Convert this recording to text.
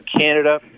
Canada